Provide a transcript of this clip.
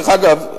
דרך אגב,